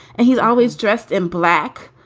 and he's always dressed in black.